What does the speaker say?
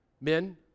Men